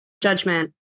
judgment